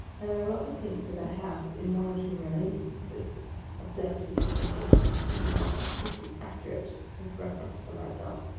and i rather think that i have in one or two rare instances observed its information to be not strictly accurate with reference to myself.